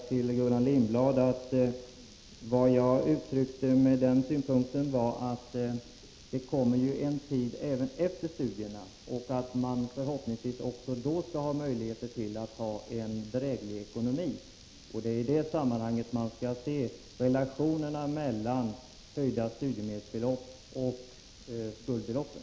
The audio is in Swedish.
Herr talman! Efter detta vill jag upprepa vad jag sade — och då hoppas jag att vi kan hjälpas åt, Rune Backlund — nämligen att vi måste se till att få en så vettig skattepolitik i vårt land att de unga har möjligheter att snabbt betala tillbaka sina studielån.